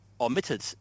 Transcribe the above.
Omitted